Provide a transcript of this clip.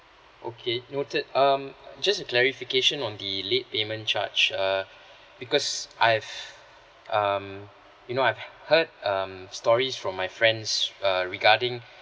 okay noted um just a clarification on the late payment charge err because I have um you know I've heard um stories from my friends err regarding